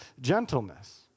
gentleness